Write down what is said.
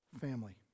family